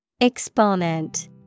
Exponent